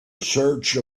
search